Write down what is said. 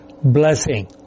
blessing